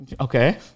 Okay